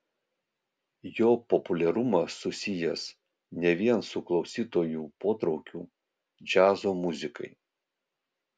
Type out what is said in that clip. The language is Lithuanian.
jo populiarumas susijęs ne vien su klausytojų potraukiu džiazo muzikai